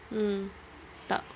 mm tak